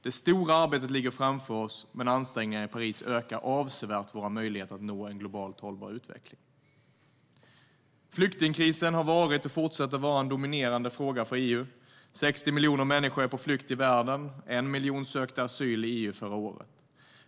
Det stora arbetet ligger framför oss, men ansträngningarna i Paris ökar avsevärt våra möjligheter att nå en globalt hållbar utveckling. Flyktingkrisen har varit och fortsätter vara en dominerande fråga för EU. 60 miljoner människor är på flykt i världen. 1 miljon sökte asyl i EU förra året.